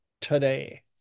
today